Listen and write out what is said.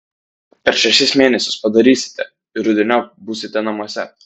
per šešis mėnesius padarysite ir rudeniop būsite namuose